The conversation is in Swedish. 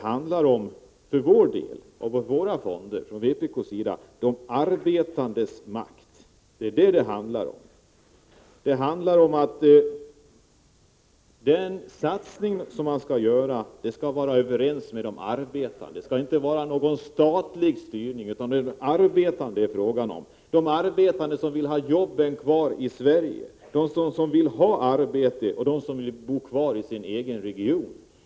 För vpk:s del handlar fonderna om de arbetandes makt. Den satsning som fonderna skall göra skall stämma överens med de arbetandes intressen. Det skall inte vara någon statlig styrning, utan det är de arbetande det gäller, de arbetande som vill ha jobben kvar i Sverige, de som vill bo kvar och ha jobb i sin egen region.